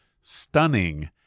stunning